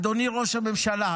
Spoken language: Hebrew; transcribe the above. אדוני ראש הממשלה,